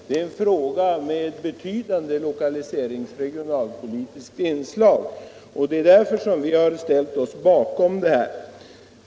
Det är i stället en fråga med ett betydande lokaliseringspolitiskt inslag, och det är därför som vi har ställt oss' bakom förslaget.